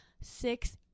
six